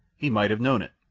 he might have known it!